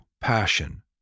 passion